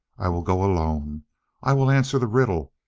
i will go alone i will answer the riddle,